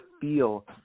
feel